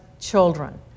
children